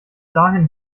dahin